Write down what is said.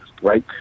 right